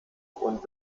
und